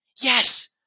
Yes